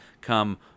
come